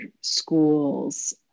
schools